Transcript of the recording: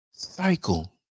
cycle